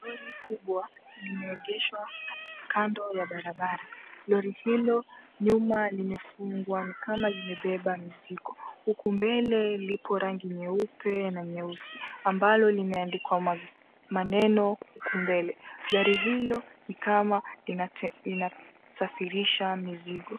Lori kubwa limeegeshwa kando ya barabara. Lori hilo nyuma limefungwa ni kama limebeba mizigo huku mbele lipo rangi nyeupe na nyeusi ambalo limeandikwa maneno huku mbele. Gari hilo ni kama inasafirisha mizigo.